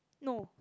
no